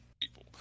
people